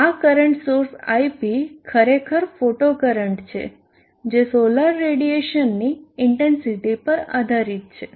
આ current source ip ખરેખર photo current છે જે સોલાર રેડીએશનની ઇન્ટેન્સીટી પર આધારીત છે